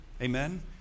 Amen